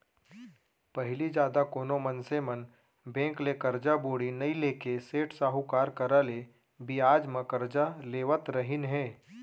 पहिली जादा कोनो मनसे मन बेंक ले करजा बोड़ी नइ लेके सेठ साहूकार करा ले बियाज म करजा लेवत रहिन हें